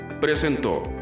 presentó